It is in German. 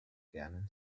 gerne